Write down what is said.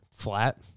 flat